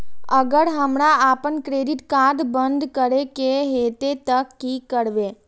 अगर हमरा आपन क्रेडिट कार्ड बंद करै के हेतै त की करबै?